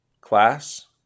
class